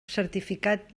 certificat